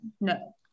no